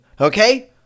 Okay